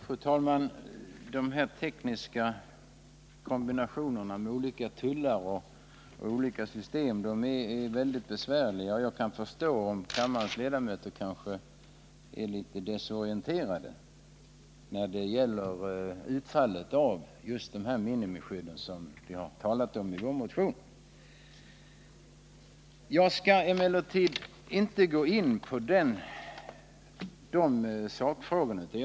Fru talman! De här tekniska kombinationerna med olika tullar och olika system är väldigt besvärliga, och jag kan förstå om kammarens ledamöter är litet desorienterade när det gäller utfallet av just de här minimiskydden som vi talat om i vår motion. Jag skall emellertid inte gå in på de sakfrågorna.